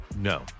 no